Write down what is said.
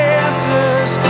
answers